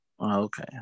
Okay